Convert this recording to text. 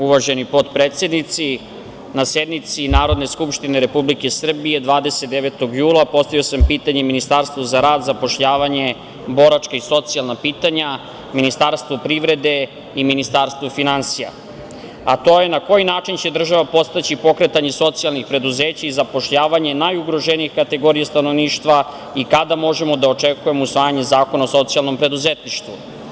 Uvaženi potpredsednici, na sednici Narodne skupštine Republike Srbije, 29. jula postavio sam pitanje Ministarstvu za rad, zapošljavanje, boračka i socijalna pitanja, Ministarstvu privrede i Ministarstvu finansija, a to je, na koji način će država podstaći pokretanje socijalnih preduzeća i zapošljavanje najugroženije kategorije stanovništva i kada možemo da očekujemo usvajanje zakona o socijalnom preduzetništvu?